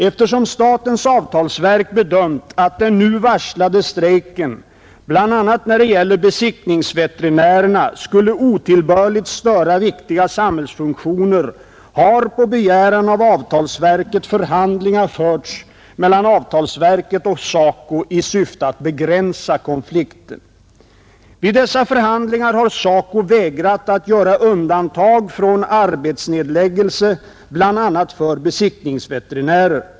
Eftersom statens avtalsverk bedömt att den nu varslade strejken, bl.a. när det gäller besiktningsveterinärerna, skulle otillbörligt störa viktiga samhällsfunktioner har på begäran av avtalsverket förhandlingar förts mellan avtalsverket och SACO i syfte att begränsa konflikten. Vid dessa förhandlingar har SACO vägrat att göra undantag från arbetsnedläggelse bl.a. för besiktningsveterinärer.